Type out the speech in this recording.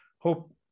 Hope